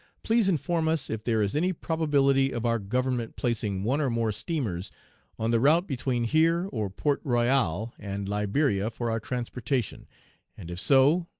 please inform us if there is any probability of our government placing one or more steamers on the route between here, or port royal, and liberia for our transportation and if so,